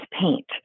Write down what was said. paint